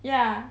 ya